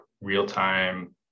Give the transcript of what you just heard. real-time